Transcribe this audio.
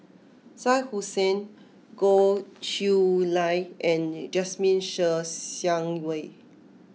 Shah Hussain Goh Chiew Lye and Jasmine Ser Xiang Wei